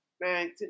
Man